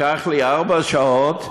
ולקח לי ארבע שעות,